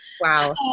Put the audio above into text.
Wow